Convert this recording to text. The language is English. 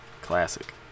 Classic